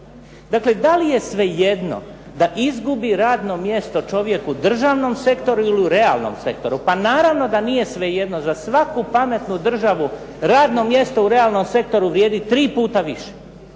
Dakle, da li je svejedno da izgubi radno mjesto čovjek u državnom sektoru ili u realnom sektoru. Pa naravno da nije svejedno. Za svaku pametnu državu radno mjesto u realnom sektoru vrijedi tri puta više